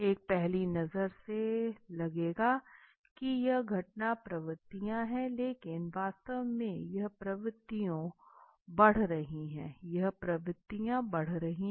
एक पहली नज़र से लगेगा की यह घटती प्रवृत्तियों है लेकिन वास्तव में यह प्रवृत्तियों बढ़ रही है